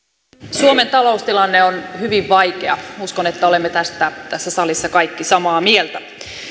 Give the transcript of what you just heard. suomen taloustilanne on hyvin vaikea uskon että olemme tästä tässä salissa kaikki samaa mieltä